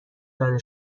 داده